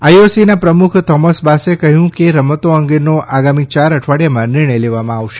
આઇઓસીના પ્રમુખ Thomas Bach કહ્યું કે રમતો અંગેનો આગામી ચાર અઠવાડિયામાં નિર્ણય લેવામાં આવશે